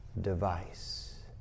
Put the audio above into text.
Device